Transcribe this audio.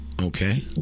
okay